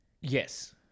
Yes